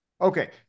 Okay